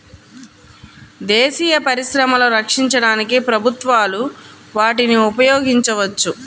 దేశీయ పరిశ్రమలను రక్షించడానికి ప్రభుత్వాలు వాటిని ఉపయోగించవచ్చు